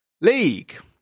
League